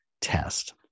test